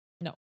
No